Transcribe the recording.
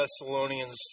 Thessalonians